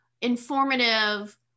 informative